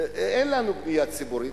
אין לנו בנייה ציבורית,